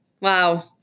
wow